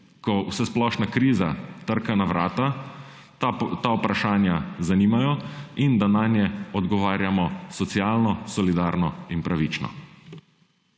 ko vsesplošna kriza trka na vrata, ta vprašanja zanimajo in da nanje odgovarjamo socialno, solidarno in pravično.